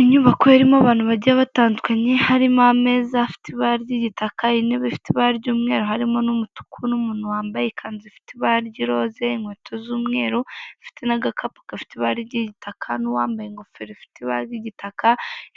Inyubako irimo abantu bagiye batandukanye, harimo ameza afite ibara ry'igitaka, intebe ifite ibara ry'umweru harimo n'umutuku, n'umuntu wambaye ikanzu ifite ibara ry'iroza, inkweto z'umweru afite n'agakapu gafite ibara ry'igitaka, n'uwambaye ingofero ifite ibara ry'igitaka,